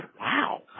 wow